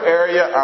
area